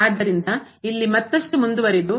ಆದ್ದರಿಂದ ಇಲ್ಲಿ ಮತ್ತಷ್ಟು ಮುಂದುವರೆದು